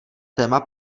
téma